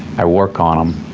i work on um